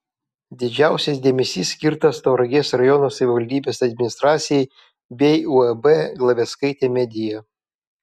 didžiausias dėmesys skirtas tauragės rajono savivaldybės administracijai bei uab glaveckaitė media